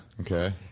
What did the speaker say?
Okay